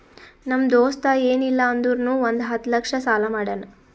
ನಮ್ ದೋಸ್ತ ಎನ್ ಇಲ್ಲ ಅಂದುರ್ನು ಒಂದ್ ಹತ್ತ ಲಕ್ಷ ಸಾಲಾ ಮಾಡ್ಯಾನ್